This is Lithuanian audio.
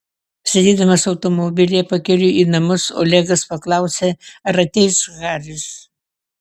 sėdėdamas automobilyje pakeliui į namus olegas paklausė ar ateis haris